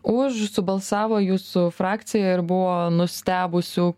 už subalsavo jūsų frakcija ir buvo nustebusių